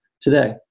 today